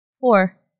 Four